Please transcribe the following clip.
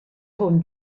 hwn